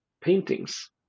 paintings